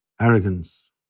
arrogance